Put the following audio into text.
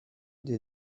des